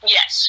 Yes